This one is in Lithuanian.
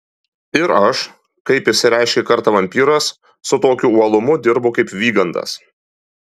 ir aš kaip išsireiškė kartą vampyras su tokiu uolumu dirbu kaip vygandas